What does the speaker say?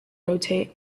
rotate